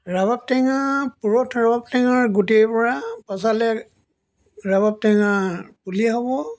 ৰবাব টেঙা পুৰঠ ৰবাব টেঙাৰ গুটিৰ পৰা পচালে ৰবাব টেঙা পুলি হ'ব